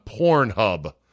Pornhub